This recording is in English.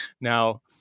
Now